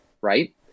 right